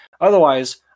Otherwise